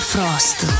Frost